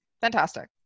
fantastic